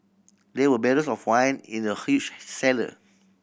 there were barrels of wine in the huge cellar